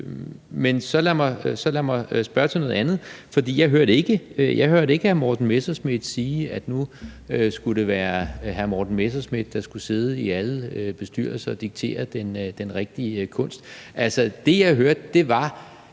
Men så lad mig spørge til noget andet, for jeg hørte ikke hr. Morten Messerschmidt sige, at nu skulle det være hr. Morten Messerschmidt, der skulle sidde i alle bestyrelser og diktere den rigtige kunst. Altså, det, jeg hørte, var,